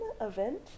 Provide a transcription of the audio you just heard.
event